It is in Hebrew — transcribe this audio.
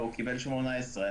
לא, הוא קיבל 18 אחרי הערעור.